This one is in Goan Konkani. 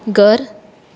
घर